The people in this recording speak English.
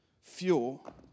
fuel